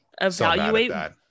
evaluate